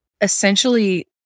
essentially